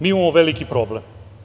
Mi imamo veliki problem.